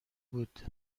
بود